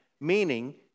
Meaning